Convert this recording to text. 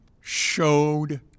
showed